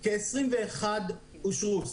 כ-21 אושרו.